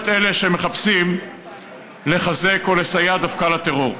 ולא את אלה שמחפשים לחזק או לסייע דווקא לטרור.